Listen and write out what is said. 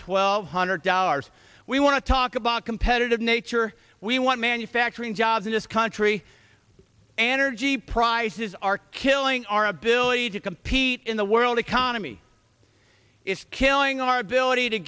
twelve hundred dollars we want to talk about competitive nature we want manufacturing jobs in this country and her jeep prices are killing our ability to compete in the world economy it's killing our ability to